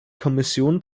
kommission